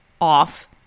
off